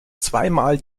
zweimal